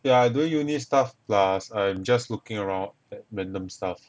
yeah I doing uni stuff plus I'm just looking around random stuff